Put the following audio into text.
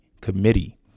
Committee